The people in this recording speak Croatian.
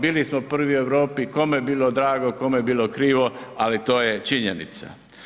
Bili smo prvi u Europi kome bilo drago, kome bilo krivo ali to je činjenica.